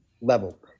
level